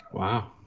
Wow